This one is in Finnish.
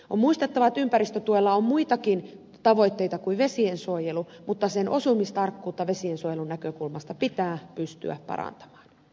on muistettava että ympäristötuella on muitakin tavoitteita kuin vesiensuojelu mutta sen osumistarkkuutta vesiensuojelun näkökulmasta pitää pystyä parantamaan